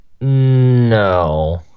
no